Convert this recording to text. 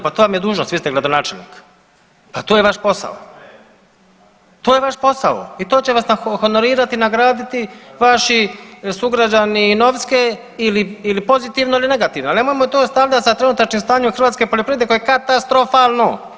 Pa to vam je dužnost, vi ste gradonačelnik pa to je vaš posao, to je vaš posao i to će vas honorirati i nagraditi vaši sugrađani Novske ili pozitivno ili negativno, ali nemojmo to stavljat sa trenutačnim stanjem hrvatske poljoprivrede koje je katastrofalno.